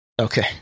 Okay